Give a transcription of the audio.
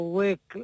work